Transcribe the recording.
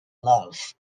love